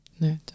No